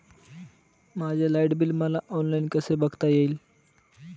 माझे light bill मला online कसे बघता येईल?